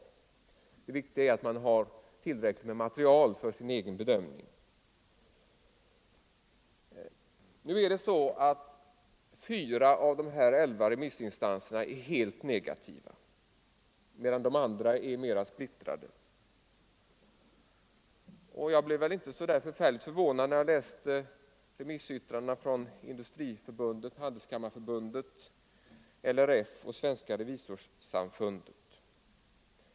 Det viktiga är att man har tillräckligt med material för sin egen bedömning. Fyra av de elva remissinstanserna är helt negativa, medan de andra är mera splittrade. Jag blev inte så förfärligt förvånad när jag läste remissyttrandena från Industriförbundet, Handelskammarförbundet, LRF och Svenska revisorsamfundet.